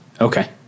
Okay